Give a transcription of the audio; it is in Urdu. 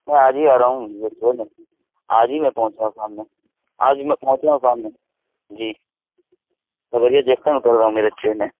میں آج ہی آ رہا ہوں یہ ٹرین ہے میں آج ہی میں پہنچ رہا ہوں شام میں آج میں پہنچ رہا ہوں شام میں جی کھگریہ جنکشن اتر رہا ہوں میرا ٹرین ہے